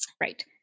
Right